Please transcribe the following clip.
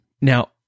Now